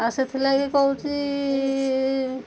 ଆଉ ସେଥିଲାଗି କହୁଛି